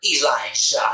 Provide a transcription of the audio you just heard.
Elijah